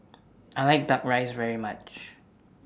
I like Duck Rice very much